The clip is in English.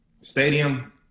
stadium